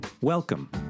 Welcome